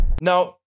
Now